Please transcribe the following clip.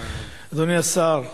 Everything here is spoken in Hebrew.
אדוני השר,